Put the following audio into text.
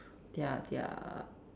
their their